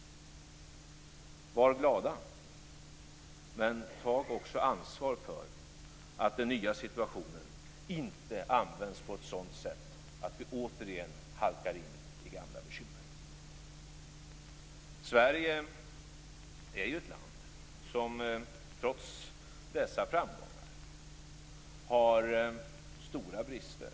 Var glada, men ta också ansvar för att den nya situationen inte används på ett sådant sätt att vi återigen halkar in i gamla bekymmer. Sverige är ju ett land som trots dessa framgångar har stora brister.